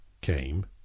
came